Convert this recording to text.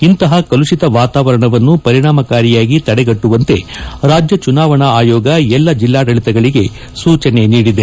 ಇಂತಹ ಕಲುಷಿತ ವಾತಾವರಣವನ್ನು ಪರಿಣಾಮಕಾರಿಯಾಗಿ ತಡೆಗಟ್ಟುವಂತೆ ರಾಜ್ಯ ಚುನಾವಣಾ ಆಯೋಗ ಎಲ್ಲಾ ಜೆಲ್ಲಾಡಳಿತಗಳಿಗೆ ಸೂಚನೆ ನೀಡಿದೆ